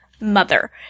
mother